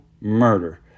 murder